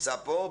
נמצא פה?